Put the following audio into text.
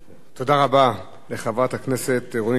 תודה רבה לחברת הכנסת רונית תירוש,